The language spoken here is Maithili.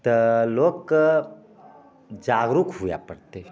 तऽ लोकके जागरूक हुए पड़तै